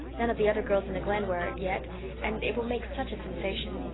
none of the other girls in the glen wear it yet and it will make such a sensation.